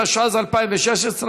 התשע"ז 2016,